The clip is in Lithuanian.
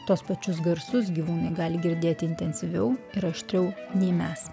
tuos pačius garsus gyvūnai gali girdėti intensyviau ir aštriau nei mes